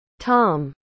Tom